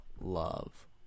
love